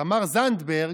תמר זנדברג,